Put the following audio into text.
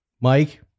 Mike